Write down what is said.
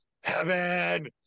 heaven